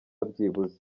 byibuze